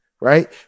right